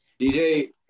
DJ